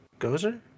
Gozer